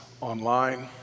online